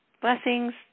Blessings